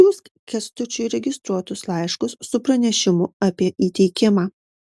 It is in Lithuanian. siųsk kęstučiui registruotus laiškus su pranešimu apie įteikimą